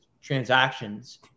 transactions